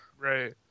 Right